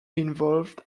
involved